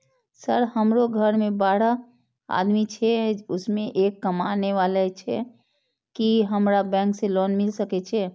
Sir हमरो घर में बारह आदमी छे उसमें एक कमाने वाला छे की हमरा बैंक से लोन मिल सके छे?